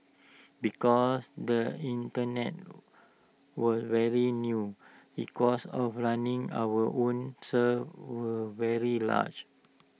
because the Internet was very new he cost of running our own servers very large